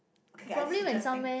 okay I this interesting